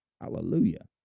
Hallelujah